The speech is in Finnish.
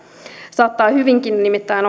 saattaa hyvinkin nimittäin